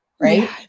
right